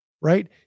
right